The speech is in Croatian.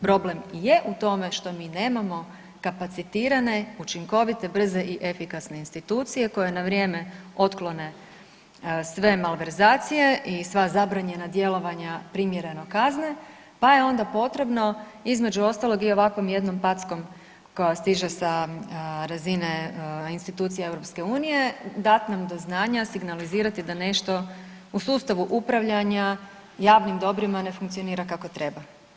Problem je u tome što mi nemamo kapacitirane, učinkovite, brze i efikasne institucije koje na vrijeme otklone sve malverzacije i sva zabranjena djelovanja primjereno kazne, pa je onda potrebno između ostalog i ovakvom jednom packom koja stiže sa razine institucija EU-a, dat nam do znanja, signalizirati da nešto u sustavu upravljanja javnim dobrima ne funkcionira kako treba.